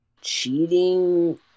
cheating